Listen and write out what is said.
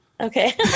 Okay